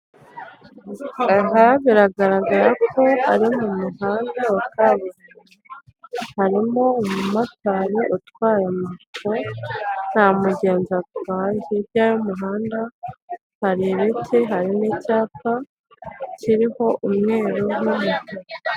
Aha biragaragara ko ari mu muhanda wakaburimbo harimo umumotari utwara moto nta mugenzi atwaye hirya y'umuhanda hari ibiti hari n'icyapa kiriho umweru n'umutuku.